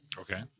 Okay